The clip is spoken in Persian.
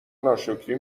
ناشکری